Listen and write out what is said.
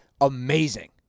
amazing